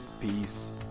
Peace